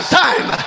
time